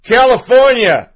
California